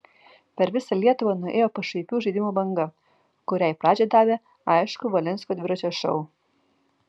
per visą lietuvą nuėjo pašaipių žaidimų banga kuriai pradžią davė aišku valinsko dviračio šou